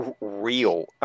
real